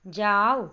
जाउ